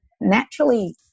naturally